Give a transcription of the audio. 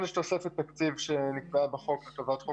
כן יש תוספת תקציב שניתנה בחוק לטובת חוק